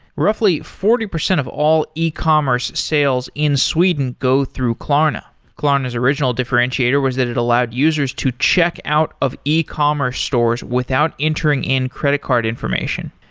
roughly forty percent of all ecommerce sales in sweden go through klarna. klarna's original differentiator was that it allowed users to checkout of ecommerce stores without entering in credit card information.